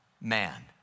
man